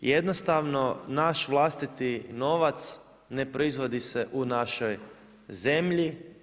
Jednostavno naš vlastiti novac ne proizvodi se u našoj zemlji.